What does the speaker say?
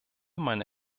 meine